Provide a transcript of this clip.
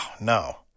no